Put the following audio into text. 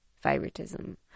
favoritism